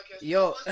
Yo